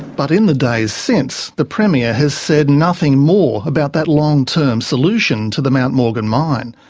but in the days since, the premier has said nothing more about that long-term solution to the mount morgan mine.